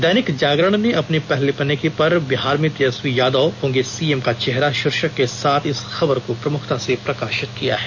दैनिक जागरण ने अपने पहले पन्ने पर बिहार में तेजस्वी यादव होंगे सीएम का चेहरा शीर्षक के साथ इस खबर को प्रमुखता से प्रकाशित किया है